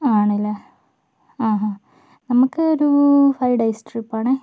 ആണല്ലേ ആഹ ആ നമുക്കൊരു ഫൈവ് ഡേയ്സ് ട്രിപ്പാണ്